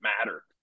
matter